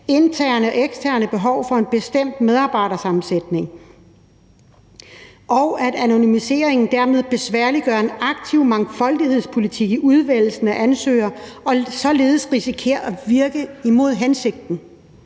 interne og eksterne behov for en bestemt medarbejdersammensætning, og at anonymiseringerne dermed besværliggør en aktiv mangfoldighedspolitik i udvælgelsen af ansøgere og således risikerer at virke imod hensigten.